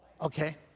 Okay